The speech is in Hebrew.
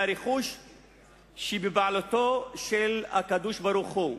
ההגדרה של המושג ווקף היא רכוש בבעלותו של הקדוש-ברוך-הוא,